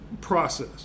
process